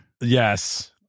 Yes